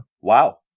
Wow